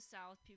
South